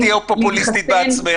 אל תהיי פופוליסטית בעצמך.